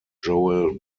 joel